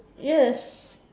yes